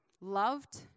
loved